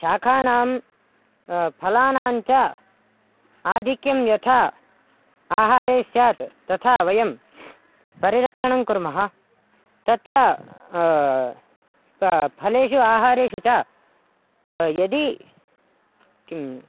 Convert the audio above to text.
शाकानां फलानां च आधिक्यं यथा आहारे स्यात् तथा वयं परिरक्षणं कुर्मः तत्र प फलेषु आहारेषु च यदि किम्